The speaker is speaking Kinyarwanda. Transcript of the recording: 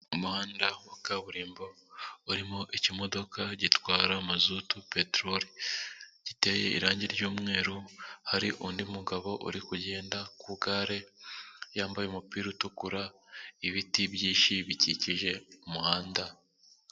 Umuhanda wa kaburimbo urimo ikimodoka gitwara mozutu, peteroli, giteye irangi ryumweru hari undi mugabo uri kugenda ku gare yambaye umupira utukura, ibiti byinshi bikikije umuhanda.